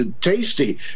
tasty